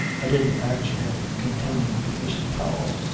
i didn't answer him, continued mr. powell.